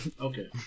Okay